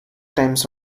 times